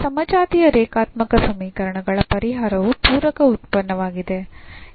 ಈ ಸಮಜಾತೀಯ ರೇಖಾತ್ಮಕ ಸಮೀಕರಣಗಳ ಪರಿಹಾರವು ಪೂರಕ ಉತ್ಪನ್ನವಾಗಿದೆ